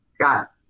got